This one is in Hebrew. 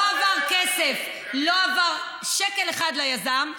לא עבר כסף, לא עבר שקל אחד ליזם.